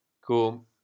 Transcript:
cool